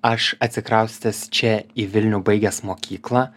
aš atsikraustęs čia į vilnių baigęs mokyklą